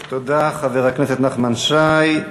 תודה, חבר הכנסת נחמן שי.